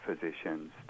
physicians